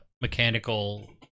mechanical